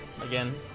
again